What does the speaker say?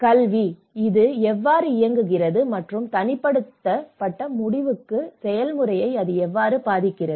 கல்வி இது எவ்வாறு இயங்குகிறது மற்றும் தனிப்பட்ட முடிவெடுக்கும் செயல்முறையை அது எவ்வாறு பாதிக்கிறது